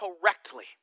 correctly